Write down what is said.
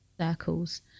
circles